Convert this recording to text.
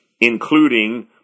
including